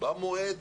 במועד